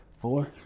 four